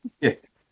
Yes